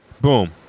boom